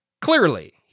Clearly